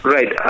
Right